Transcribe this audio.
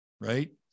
right